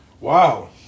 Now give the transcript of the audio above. Wow